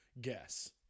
guess